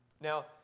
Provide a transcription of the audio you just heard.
Now